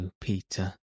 Peter